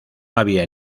había